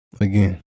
Again